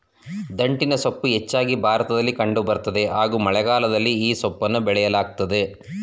ದಂಟಿನಸೊಪ್ಪು ಹೆಚ್ಚಾಗಿ ಭಾರತದಲ್ಲಿ ಕಂಡು ಬರ್ತದೆ ಹಾಗೂ ಮಳೆಗಾಲದಲ್ಲಿ ಈ ಸೊಪ್ಪನ್ನ ಬೆಳೆಯಲಾಗ್ತದೆ